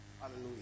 Hallelujah